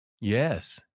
Yes